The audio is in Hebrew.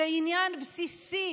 זה עניין בסיסי